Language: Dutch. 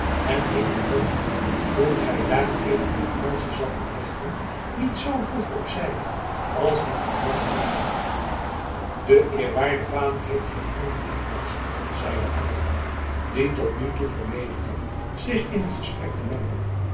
en hing uw hoofdje toen gij daareven uw kransje zat te vlechten niet zoo droef op zijde als een geknakt bloempje de eerwaarde vader heeft geen ongelijk madzy zeide aylva die tot nu toe vermeden had zich in het gesprek te mengen